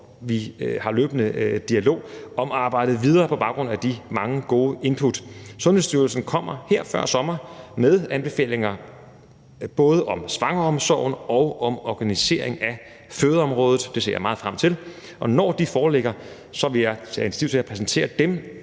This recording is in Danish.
vi har løbende dialog om at arbejde videre på baggrund af de mange gode input. Sundhedsstyrelsen kommer her før sommer med anbefalinger både om svangreomsorgen og om organisering af fødeområdet. Det ser jeg meget frem til, og når de foreligger, vil jeg tage